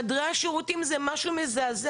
חדרי השירותים זה משהו מזעזע,